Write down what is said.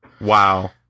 Wow